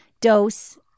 dose